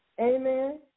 Amen